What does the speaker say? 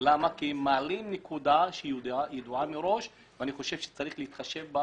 הם מעלים נקודה שידועה מראש ואני חושב שצריך להתחשב בה